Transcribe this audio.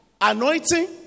anointing